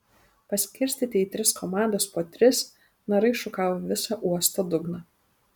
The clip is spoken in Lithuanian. paskirstyti į tris komandas po tris narai šukavo visą uosto dugną